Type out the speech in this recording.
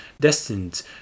destined